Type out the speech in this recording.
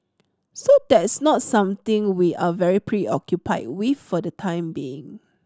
so that's not something we are very preoccupied with for the time being